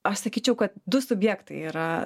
aš sakyčiau kad du subjektai yra